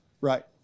Right